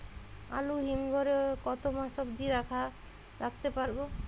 আলু হিম ঘরে কতো মাস অব্দি রাখতে পারবো?